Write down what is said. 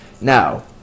Now